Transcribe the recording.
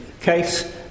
case